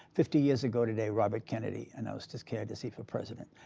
fifty years ago today, robert kennedy announced his candidacy for president.